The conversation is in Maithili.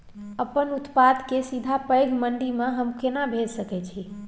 अपन उत्पाद के सीधा पैघ मंडी में हम केना भेज सकै छी?